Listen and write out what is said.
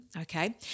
Okay